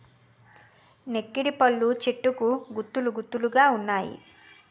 నెక్కిడిపళ్ళు చెట్టుకు గుత్తులు గుత్తులు గావున్నాయి